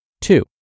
Two